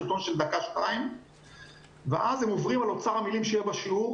סרטון של דקה-שתיים ואז הם עוברים על אוצר המילים שיהיה בשיעור,